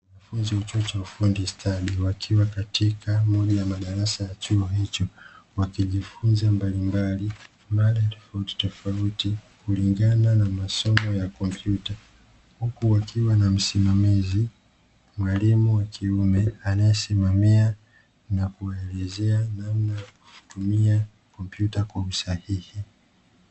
Wanafunzi wa chuo cha ufundi stadi wakiwa katika moja ya chuo hicho wakijifunza mbalimbali, mada tofautitofauti kulingana na masomo ya kompyuta. Huku wakiwa na msimamizi mwalimu wa kiume, anaesimamia na kuwaelezea namna ya kutumia kompyuta kwa usahihi.